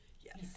Yes